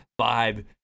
vibe